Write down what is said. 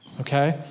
Okay